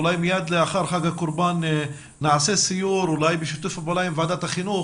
אולי מייד לאחר חג הקורבן נעשה סיור אולי בשיתוף פעולה עם ועדת החינוך